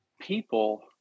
people